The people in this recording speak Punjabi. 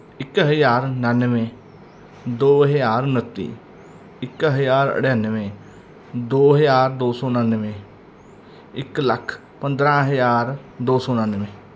ਇੱਕ ਹਜਾਰ ਨਾਨਮੇ ਦੋ ਹਜਾਰ ਨੱਤੀ ਇੱਕ ਹਜਾਰ ਅੜਿਨਮੇ ਦੋ ਹਜਾਰ ਦੋ ਸੌ ਨਾਨਮੇ ਇੱਕ ਲੱਖ ਪੰਦਰਾਂ ਹਜਾਰ ਦੋ ਸੌ ਨਾਨਮੇ